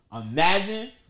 Imagine